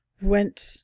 went